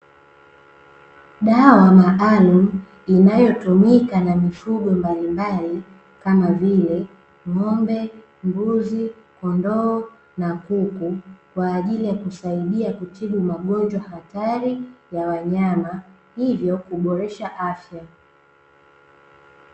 Dawa maalumu inayotumika na mifugo mbalimbali kama vile: ng'ombe, mbuzi, kondoo, na kuku, kwa ajili ya kusaidia kutibu magonjwa hatari ya wanyama, hivyo kuboresha afya.